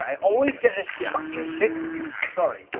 i always get this yeah fucking shit confused. sorry.